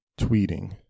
tweeting